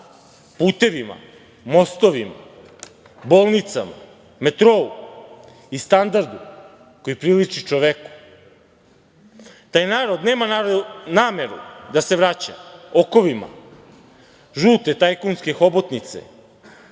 putevima, mostovima, bolnicama, metrou i standardu koji priliči čoveku. Taj narod nema nameru da se vraća okovima žute tajkunske hobotnice